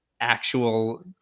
actual